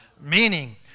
Meaning